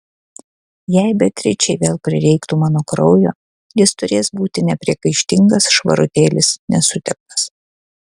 jei beatričei vėl prireiktų mano kraujo jis turės būti nepriekaištingas švarutėlis nesuteptas